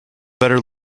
better